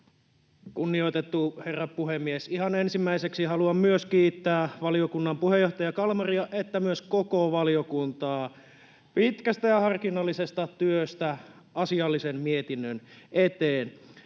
Kunnioitettu herra puhemies! Ihan ensimmäiseksi haluan myös kiittää valiokunnan puheenjohtaja Kalmaria sekä myös koko valiokuntaa pitkästä ja harkinnallisesta työstä asiallisen mietinnön eteen.